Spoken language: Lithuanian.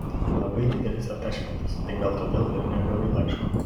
labai didelis atačmentas tai gal todėl ir negavai laiško